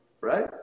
right